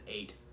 eight